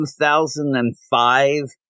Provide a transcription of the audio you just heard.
2005